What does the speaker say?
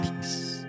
Peace